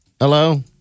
Hello